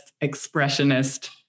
expressionist